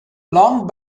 long